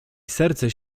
serce